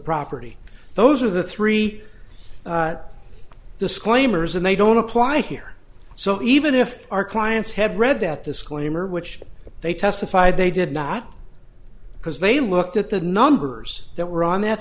property those are the three disclaimers and they don't apply here so even if our clients have read that disclaimer which they testified they did not because they looked at the numbers that were on that